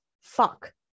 Fuck